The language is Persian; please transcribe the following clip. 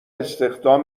استخدام